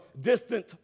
distant